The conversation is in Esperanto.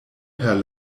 per